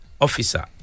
officer